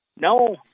No